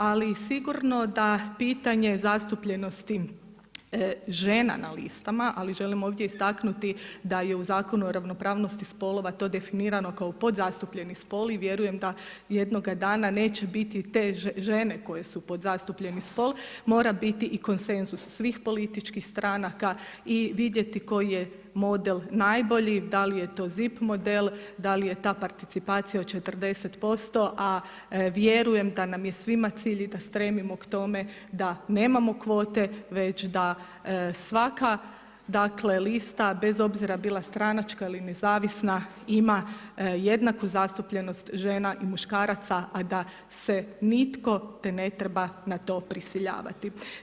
Ali sigurno da pitanje zastupljenosti žena na listama, ali želim ovdje istaknuti da je u Zakonu o ravnopravnosti spolova to definirano kao podzastupljeni spol i vjerujem da jednoga dana neće biti te žene koje su podzastupljeni spol mora biti i konsenzus svih političkih stranaka i vidjeti koji je model najbolji, da li je to ZIP model, da li je ta participacija od 40% a vjerujem da nam je svima cilj i da stremimo k tome da nemamo kvote već da svaka, dakle lista bez obzira bila stranačka ili nezavisna ima jednaku zastupljenost žena i muškaraca, a da se nitko ne treba na to prisiljavati.